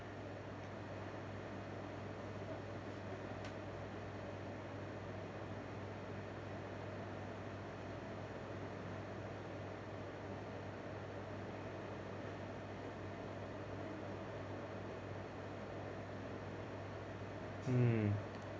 mm